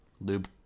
lube